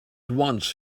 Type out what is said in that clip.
once